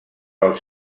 pel